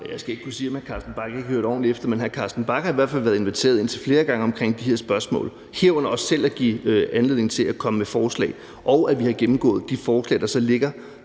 Jeg skal ikke kunne sige, om hr. Carsten Bach ikke har hørt ordentligt efter, men hr. Carsten Bach har i hvert fald været inviteret indtil flere gange omkring de her spørgsmål, hvor der også har været en anledning til selv at komme med forslag, og hvor vi så har gennemgået de forslag, der har ligget